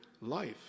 life